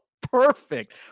perfect